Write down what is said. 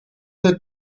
they